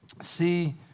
see